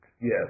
Yes